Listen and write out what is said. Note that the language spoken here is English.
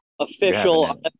official